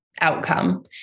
Outcome